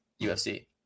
UFC